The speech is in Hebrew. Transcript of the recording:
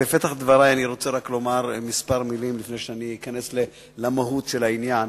בפתח דברי אני רוצה לומר כמה מלים לפני שאכנס למהות העניין.